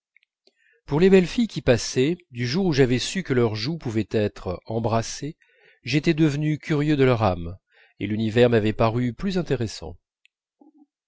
pour les belles filles qui passaient du jour où j'avais su que leurs joues pouvaient être embrassées j'étais devenu curieux de leur âme et l'univers m'avait paru plus intéressant